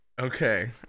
Okay